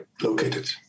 located